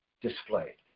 displayed